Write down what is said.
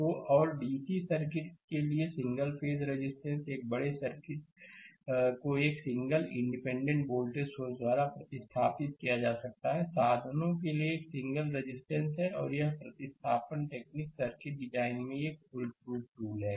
तो और DC circuit के लिए सिंगल रजिस्टेंस एक बड़े सर्किट को एक सिंगल इंडिपेंडेंट वोल्टेज सोर्स द्वारा प्रतिस्थापित किया जा सकता है साधनों के लिए एक सिंगल रजिस्टेंस resistance है और यह प्रतिस्थापन टेक्निक सर्किट डिजाइन में एक फुलप्रूफ टूल है